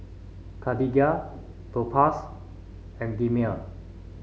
Cartigain Propass and Dermale